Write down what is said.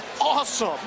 awesome